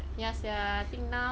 ya sia think now